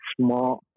smart